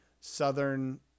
southern